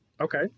Okay